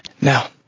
Now